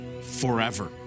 forever